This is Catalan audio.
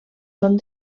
són